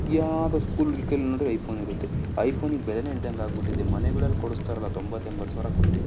ಯಾವುದೋ ಸ್ಕೂಲ್ ಹುಡ್ಗಿ ಕೈಲಿ ನೋಡಿದ್ರೆ ಐಫೋನ್ ಇರುತ್ತೆ ಐಫೋನಿಗೆ ಬೆಲೆಯೇ ಇಲ್ದಂಗೆ ಆಗಿಬಿಟ್ಟಿದೆ ಮನೆಗಳಲ್ಲಿ ಕೊಡಿಸ್ತಾರಲ್ಲ ತೊಂಬತ್ತು ಎಂಬತ್ತು ಸಾವಿರ ಕೊಟ್ಟು